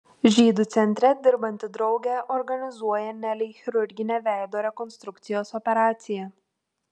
žydų centre dirbanti draugė organizuoja nelei chirurginę veido rekonstrukcijos operaciją